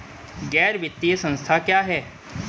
गैर वित्तीय संस्था क्या है?